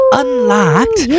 unlocked